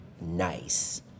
nice